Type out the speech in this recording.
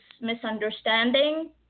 misunderstanding